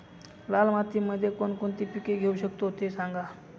लाल मातीमध्ये कोणकोणती पिके घेऊ शकतो, ते सांगा